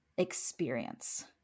experience